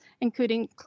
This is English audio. including